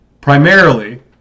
primarily